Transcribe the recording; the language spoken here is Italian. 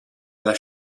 alla